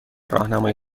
راهنمای